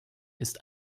ist